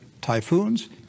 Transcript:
typhoons